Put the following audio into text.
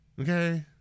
Okay